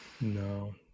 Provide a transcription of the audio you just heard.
no